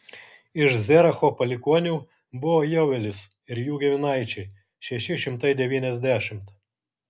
iš zeracho palikuonių buvo jeuelis ir jų giminaičiai šeši šimtai devyniasdešimt